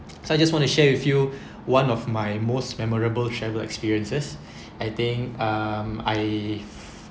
so I just want to share with you one of my most memorable travel experiences I think um I